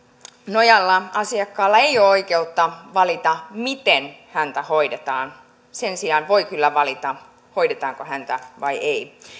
nojalla asiakkaalla ei ole oikeutta valita miten häntä hoidetaan sen sijaan voi kyllä valita hoidetaanko häntä vai ei